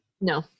No